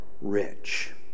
rich